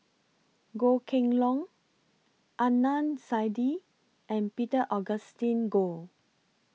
Goh Kheng Long Adnan Saidi and Peter Augustine Goh